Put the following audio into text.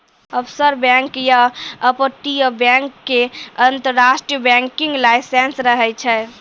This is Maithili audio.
ऑफशोर बैंक या अपतटीय बैंक के अंतरराष्ट्रीय बैंकिंग लाइसेंस रहै छै